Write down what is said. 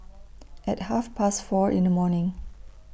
At Half Past four in The morning